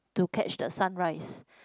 to catch the sunrise